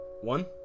One